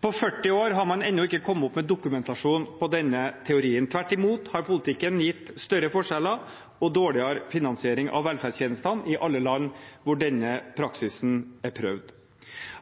På 40 år har man ennå ikke kommet opp med dokumentasjon på denne teorien. Tvert imot har politikken gitt større forskjeller og dårligere finansiering av velferdstjenestene i alle land hvor denne praksisen er prøvd.